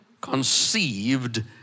conceived